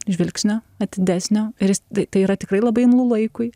žvilgsnio atidesnio ir tai tai yra tikrai labai imlu laikui